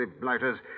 blighters